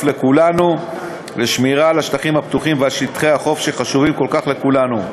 לכולנו לשמירה על השטחים הפתוחים ועל שטחי החוף החשובים כל כך לכולנו.